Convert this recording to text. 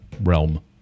realm